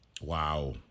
Wow